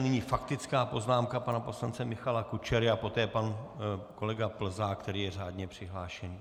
Nyní faktická poznámka pana poslance Michala Kučery a poté pan kolega Plzák, který je řádně přihlášen.